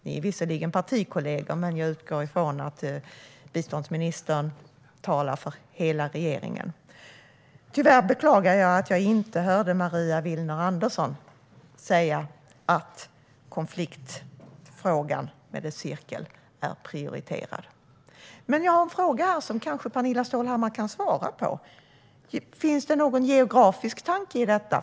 Ni är visserligen partikollegor, men jag utgår från att biståndsministern talar för hela regeringen. Jag beklagar att jag tyvärr inte hörde Maria Andersson Willner säga något om att konfliktcirkeln är prioriterad. Men jag har en fråga som Pernilla Stålhammar kanske kan svara på: Finns det någon geografisk tanke i detta?